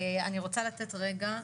אני רוצה לתת רגע,